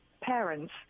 parents